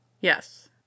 Yes